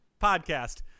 podcast